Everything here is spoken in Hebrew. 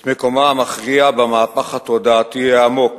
את מקומה המכריע במהפך התודעתי העמוק